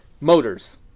motors